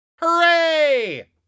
Hooray